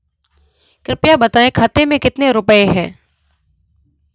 कृपया बताएं खाते में कितने रुपए हैं?